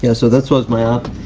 yeah so this was my app.